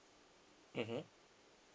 mmhmm